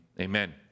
Amen